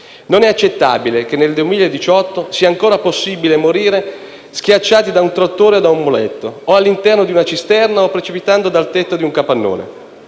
Non è accettabile che nel 2018 sia ancora possibile morire schiacciati da un trattore o da un muletto, o all'interno di una cisterna o precipitando dal tetto di un capannone.